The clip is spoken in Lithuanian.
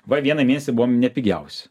va vieną mėnesį buvom ne pigiausi